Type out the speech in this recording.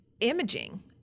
imaging